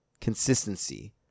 consistency